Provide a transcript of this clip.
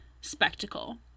spectacle